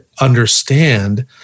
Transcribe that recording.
understand